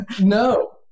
No